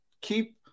keep